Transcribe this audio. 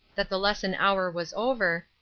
that the lesson hour was over,